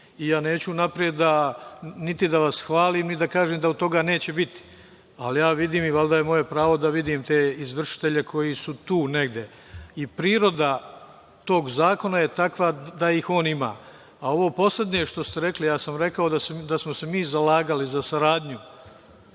Neću unapred niti da vas hvalim, ni da kažem da od toga neće biti, ali vidim. Valjda je moje pravo da vidim te izvršitelje koji su tu negde, i priroda tog zakona je takva da ih on ima. Ovo poslednje što ste rekli, rekao sam da smo se mi zalagali za saradnju,